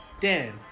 Dan